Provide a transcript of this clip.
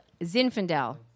Zinfandel